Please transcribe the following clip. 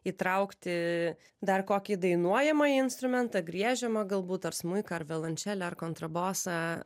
įtraukti dar kokį dainuojamąjį instrumentą griežiamą galbūt ar smuiką ar violončelę ar kontrabosą